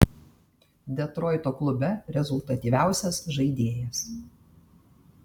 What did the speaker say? detroito klube rezultatyviausias žaidėjas